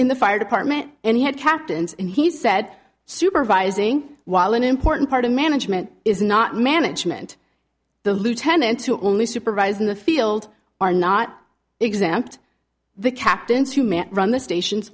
in the fire department and he had captains and he said supervising while an important part of management is not management the lieutenant to only supervise in the field are not exempt the captains who man run the stations